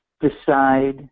decide